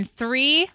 three